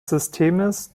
systems